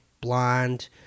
blonde